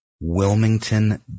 Wilmington